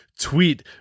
tweet